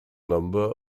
number